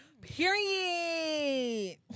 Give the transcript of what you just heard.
Period